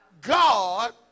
God